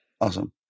Awesome